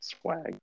Swag